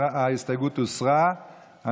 ההסתייגות הוסרה.